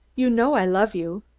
you know i love you.